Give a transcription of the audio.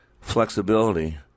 flexibility